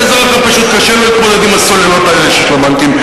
והאזרח הפשוט קשה לו להתמודד עם הסוללות האלה של הבנקים.